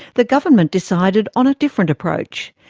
the government decided on a different approach,